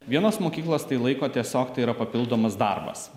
vienos mokyklos tai laiko tiesiog tai yra papildomas darbas